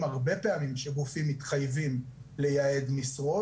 הרבה פעמים שגופים מתחייבים לייעד משרות,